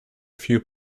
few